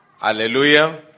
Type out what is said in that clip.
Hallelujah